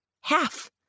Half